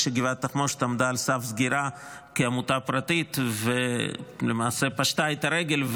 כשגבעת התחמושת הייתה על סף סגירה כעמותה פרטית ולמעשה פשטה את הרגל,